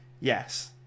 yes